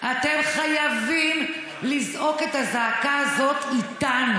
אתם חייבים לזעוק את הזעקה הזאת איתנו,